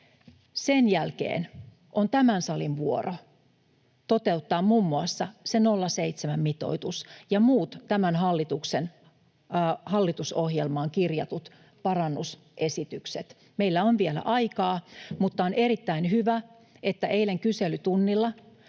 Sen jälkeen on tämän salin vuoro toteuttaa muun muassa se 0,7:n mitoitus ja muut tämän hallituksen hallitusohjelmaan kirjatut parannusesitykset. Meillä on vielä aikaa. Mutta on erittäin hyvä, että eilen kyselytunnilla